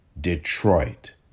Detroit